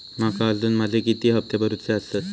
माका अजून माझे किती हप्ते भरूचे आसत?